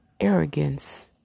arrogance